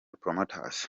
promoters